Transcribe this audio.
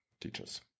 teachers